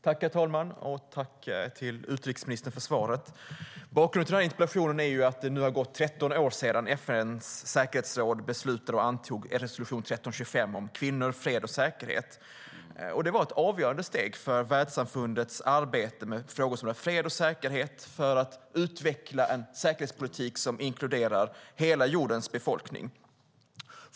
Herr talman! Jag tackar utrikesministern för svaret. Bakgrunden till interpellationen är att det nu gått 13 år sedan FN:s säkerhetsråd beslutade att anta resolution 1325 om kvinnor, fred och säkerhet. Det var ett avgörande steg i världssamfundets arbete med frågor som rör fred och säkerhet för att utveckla en säkerhetspolitik som inkluderar hela jordens befolkning.